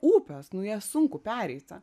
upės nu ją sunku pereiti